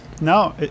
no